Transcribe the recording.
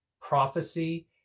prophecy